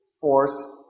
force